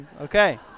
okay